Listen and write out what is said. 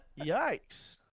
Yikes